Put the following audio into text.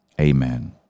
Amen